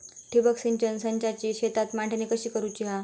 ठिबक सिंचन संचाची शेतात मांडणी कशी करुची हा?